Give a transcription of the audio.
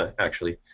ah actually,